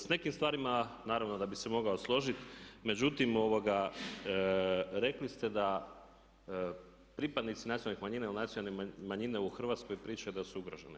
Sa nekim stvarima naravno da bi se mogao složiti, međutim rekli ste da pripadnici nacionalnih manjina ili nacionalne manjine u Hrvatskoj pričaju da su ugrožene.